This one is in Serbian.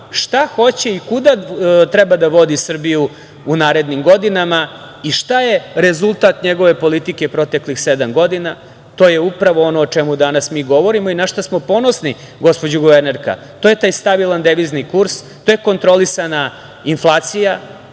šta hoće i kuda treba da vodi Srbiju u narednim godinama i šta je rezultat njegove politike proteklih sedam godina. To je upravo ono o čemu danas mi govorimo i na šta smo ponosni, gospođo guvernerka. To je taj stabilan devizni kurs, to je kontrolisana inflacija,